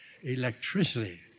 Electricity